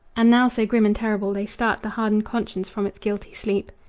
and now so grim and terrible they start the hardened conscience from its guilty sleep.